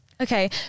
Okay